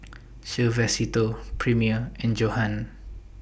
Suavecito Premier and Johan